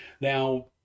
Now